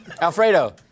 Alfredo